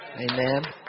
Amen